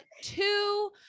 two